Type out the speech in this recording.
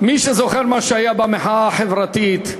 מי שזוכר מה שהיה במחאה החברתית,